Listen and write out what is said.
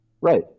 Right